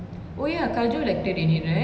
oh ya kajol acted in it right